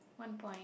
one point